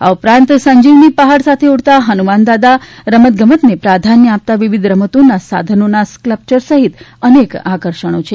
આ ઉપરાંત સંજીવની પહાડ સાથે ઉડતા ફનુમાનદાદા રમતગમતને પ્રાધાન્ય આપતા વિવિધ રમતોના સાધનોમાં સ્કલ્પસર સહિત અનેક આકર્ષણો છે